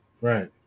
Right